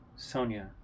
sonia